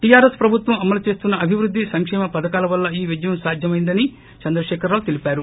TRS ప్రభుత్వం అమలు చేస్తున్న అభివృద్ది సంకేమ పథకాల వల్ల ఈ విజయం సాధ్యమైందని చంద్రశేఖరరావు తెలిపారు